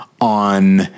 on